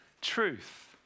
truth